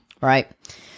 right